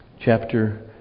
chapter